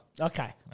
Okay